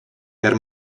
per